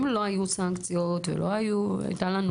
אם לא היו סנקציות ולא הייתה לנו